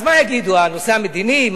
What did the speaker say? אז מה יגידו, הנושא המדיני?